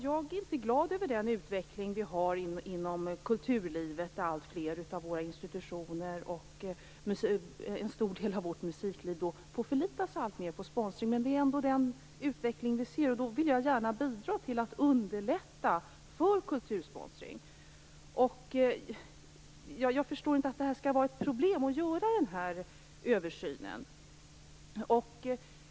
Jag är inte glad över den utveckling vi har inom kulturlivet, där alltfler av våra institutioner och en stor del av vårt musikliv får förlita sig alltmer på sponsring. Men det är ändå den utvecklingen vi ser, och då vill jag gärna bidra till att underlätta för kultursponsring. Jag förstår inte att det skall vara ett problem att göra den här översynen.